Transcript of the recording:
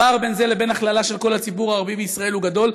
הפער בין זה לבין ההכללה של כל הציבור הערבי בישראל הוא גדול,